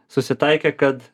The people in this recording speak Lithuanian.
susitaikė kad